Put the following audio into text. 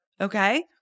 Okay